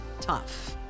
tough